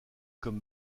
comme